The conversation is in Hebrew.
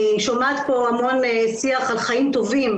אני שומעת פה המון שיח על חיים טובים,